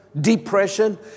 depression